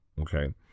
Okay